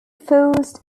forced